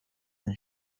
and